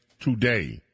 today